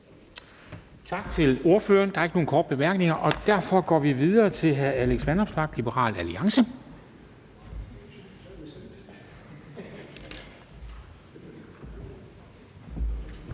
Tak til ordføreren. Der er ikke nogen korte bemærkninger. Derfor går vi videre til hr. Alex Vanopslagh, Liberal Alliance.